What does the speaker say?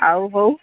ଆଉ ହଉ